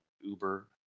uber